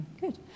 good